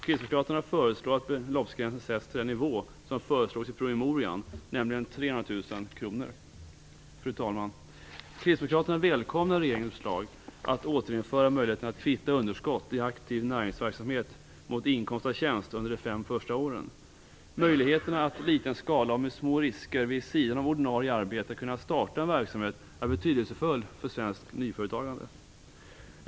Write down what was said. Kristdemokraterna föreslår att beloppsgränsen sätts till den nivå som föreslogs i promemorian, nämligen 300 000 Fru talman! Kristdemokraterna välkomnar regeringens förslag att återinföra möjligheten att kvitta underskott i aktiv näringsverksamhet mot inkomst av tjänst under de fem första åren. Möjligheterna att i liten skala och med små risker vid sidan om ordinarie arbete kunna starta en verksamhet är betydelsefulla för svenskt nyföretagande.